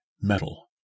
metal